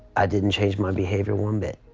i didn't change my behaviour one bit.